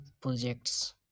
projects